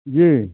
जी